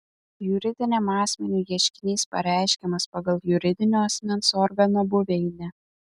juridiniam asmeniui ieškinys pareiškiamas pagal juridinio asmens organo buveinę